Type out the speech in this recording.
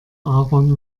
aaron